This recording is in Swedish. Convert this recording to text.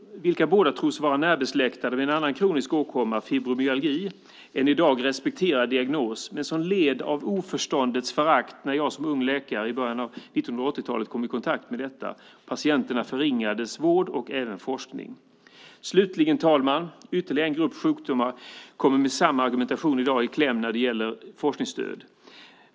Båda tros vara närbesläktade med en annan kronisk åkomma, nämligen fibromyalgi - en i dag respekterad diagnos men en diagnos som led av oförståndets förakt när jag i början av 1980-talet som ung läkare kom i kontakt med detta. Patienternas vård förringades och även forskningen. Herr talman! Slutligen: Ytterligare en grupp sjukdomar kommer i dag med samma argumentation i kläm när det gäller forskningsstöd.